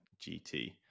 GT